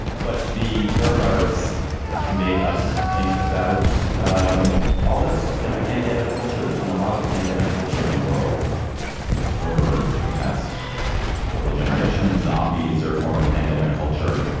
but the corona virus made us think about um all this kind of pandemic culture. there's been a lot of pandemic culture in the world over the past couple generations. zombies are a form of pandemic culture.